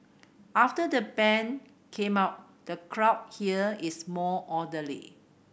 after the ban came up the crowd here is more orderly